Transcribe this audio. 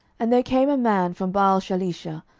and there came a man from baalshalisha,